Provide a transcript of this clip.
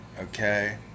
Okay